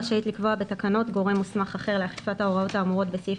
רשאית לקבוע בתקנות גרם מוסמך אחר לאכיפת ההוראות האמורות בסעיף